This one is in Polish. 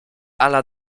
ala